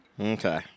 Okay